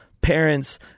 parents